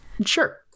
Sure